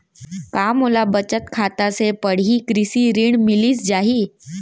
का मोला बचत खाता से पड़ही कृषि ऋण मिलिस जाही?